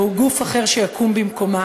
או גוף אחר שיקום במקומה,